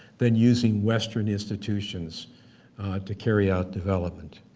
then using western institutions to carry out development.